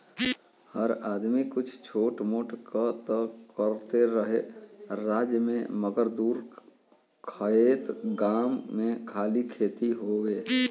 हर आदमी कुछ छोट मोट कां त करते रहे राज्य मे मगर दूर खएत गाम मे खाली खेती होए